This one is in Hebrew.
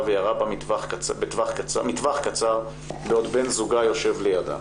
וירה בה מטווח קצר בעוד בן זוגה יושב לידה.